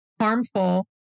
harmful